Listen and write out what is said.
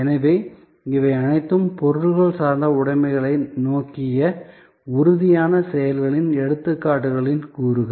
எனவே இவை அனைத்தும் பொருள் சார்ந்த உடைமைகளை நோக்கிய உறுதியான செயல்களின் எடுத்துக்காட்டுகளின் கூறுகள்